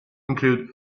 include